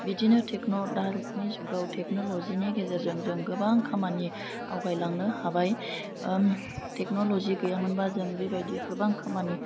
बिदिनो दानि जुगाव टेक्नल'जि नि गेजेरजों जों गोबां खामानि आवगायलांनो हाबाय टेक्नल'जि गैयामोनबा जों बिबायदि गोबां खामानि